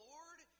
Lord